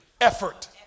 Effort